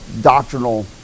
doctrinal